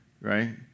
right